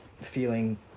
feeling